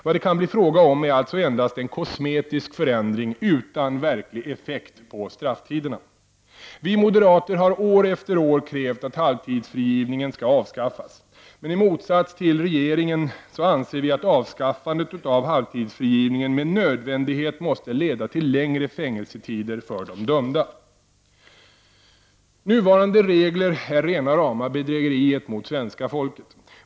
Vad det kan bli fråga om är alltså endast en kosmetisk förändring utan verklig effekt på strafftiderna. Vi moderater har år efter år krävt att halvtidsfrigivningen skall avskaffas. Men i motsats till regeringen anser vi att avskaffandet av halvtidsfrigivningen med nödvändighet måste leda till längre fängelsetider för de dömda. Nuvarande regler är rena rama bedrägeriet mot svenska folket.